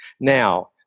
Now